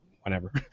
whenever